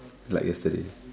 like yesterday